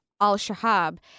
Al-Shahab